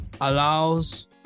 Allows